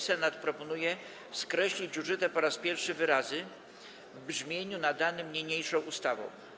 Senat proponuje skreślić użyte po raz pierwszy wyrazy „w brzmieniu nadanym niniejszą ustawą”